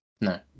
no